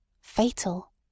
Fatal